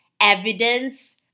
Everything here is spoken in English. evidence